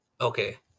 okay